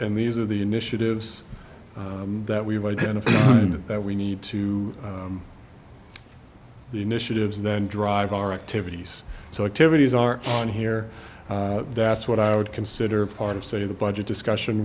and these are the initiatives that we've identified and that we need to the initiatives then drive our activities so activities are on here that's what i would consider part of say the budget discussion